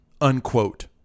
unquote